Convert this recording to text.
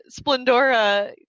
Splendora